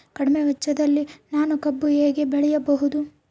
ಕಡಿಮೆ ವೆಚ್ಚದಲ್ಲಿ ನಾನು ಕಬ್ಬು ಹೇಗೆ ಬೆಳೆಯಬಹುದು?